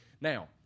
Now